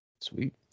Sweet